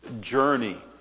journey